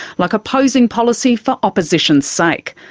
like opposing policy for opposition's sake.